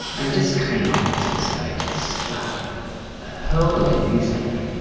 and just came up to the stage and started hurling abuse at me.